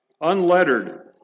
unlettered